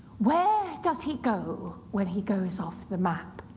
where does he go when he goes off the map?